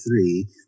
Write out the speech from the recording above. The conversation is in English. three